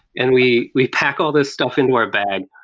and we we packed all this stuff into our bag.